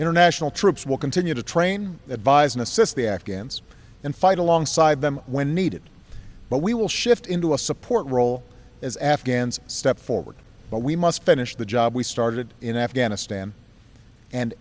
international troops will continue to train advise and assist the afghans and fight alongside them when needed but we will shift into a support role as afghans step forward but we must finish the job we started in afghanistan and